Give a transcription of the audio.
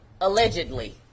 Allegedly